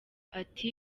ati